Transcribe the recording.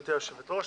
גברתי היושבת-ראש,